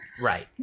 Right